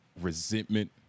resentment